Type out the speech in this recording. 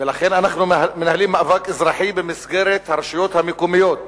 ולכן אנחנו מנהלים מאבק אזרחי במסגרת הרשויות המקומיות,